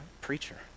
preacher